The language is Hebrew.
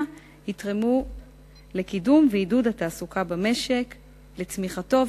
יתרמו לקידום ולעידוד התעסוקה במשק ולצמיחתו,